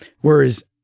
Whereas